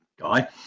guy